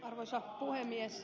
arvoisa puhemies